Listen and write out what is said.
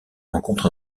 rencontre